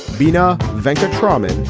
bina venture promised